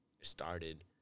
started